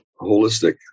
holistic